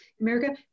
America